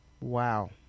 Wow